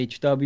HW